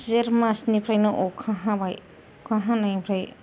जेर मासनिफ्रायनो अखा हाबाय अखा हानायनिफ्राय जेत मासनिफ्रायनो अखा हाबाय अखा हानायनिफ्राय